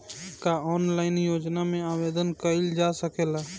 का ऑनलाइन योजना में आवेदन कईल जा सकेला?